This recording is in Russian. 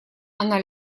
она